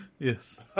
Yes